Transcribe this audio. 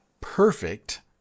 perfect